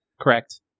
Correct